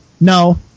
No